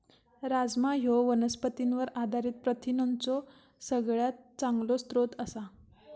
राजमा ह्यो वनस्पतींवर आधारित प्रथिनांचो सगळ्यात चांगलो स्रोत आसा